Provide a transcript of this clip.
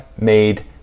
made